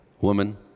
woman